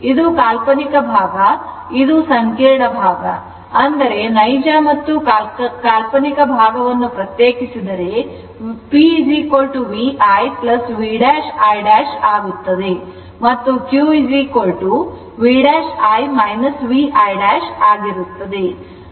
ಇದು ಕಾಲ್ಪನಿಕ ಭಾಗ ಇದು ಸಂಕೀರ್ಣ ಭಾಗ ಇದು ಅಂದರೆ ನೈಜ ಮತ್ತು ಕಾಲ್ಪನಿಕ ಭಾಗವನ್ನು ಪ್ರತ್ಯೇಕಿಸಿದರೆ P VI V'I' ಆಗುತ್ತದೆ ಮತ್ತು Q V'I VI' ಆಗಿರುತ್ತದೆ